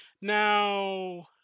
now